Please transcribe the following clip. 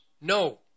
No